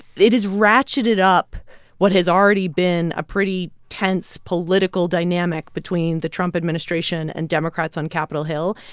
it has ratcheted up what has already been a pretty tense political dynamic between the trump administration and democrats on capitol hill.